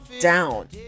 down